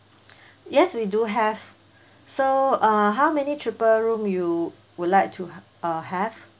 yes we do have so uh how many triple room you would like to uh have